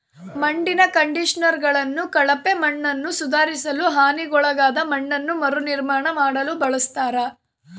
ಮಣ್ಣಿನ ಕಂಡಿಷನರ್ಗಳನ್ನು ಕಳಪೆ ಮಣ್ಣನ್ನುಸುಧಾರಿಸಲು ಹಾನಿಗೊಳಗಾದ ಮಣ್ಣನ್ನು ಮರುನಿರ್ಮಾಣ ಮಾಡಲು ಬಳಸ್ತರ